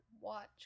watch